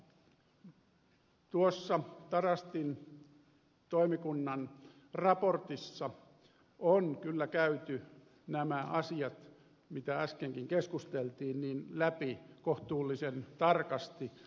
mutta tuossa tarastin toimikunnan raportissa on kyllä käyty läpi nämä asiat mistä äskenkin keskusteltiin kohtuullisen tarkasti